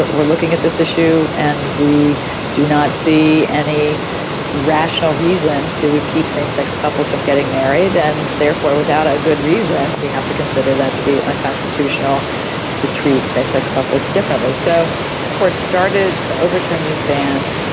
but we're looking at this issue and we do not see any rational reason to keep same-sex couples from getting married, and therefore without a good reason we have to consider that to be unconstitutional to treat same-sex couples differently. so courts started to overturn these bans,